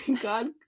God